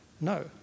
no